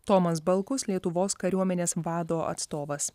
tomas balkus lietuvos kariuomenės vado atstovas